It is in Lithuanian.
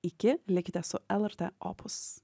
iki likite su lrt opus